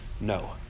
no